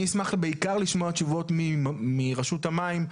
אני אשמח בעיקר לשמוע תשובות מרשות המים,